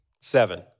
seven